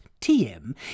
TM